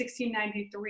1693